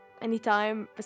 anytime